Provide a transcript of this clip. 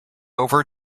over